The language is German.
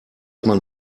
man